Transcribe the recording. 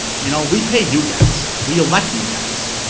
you know, we pay you guys, we elect you guys.